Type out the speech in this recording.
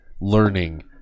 learning